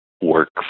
work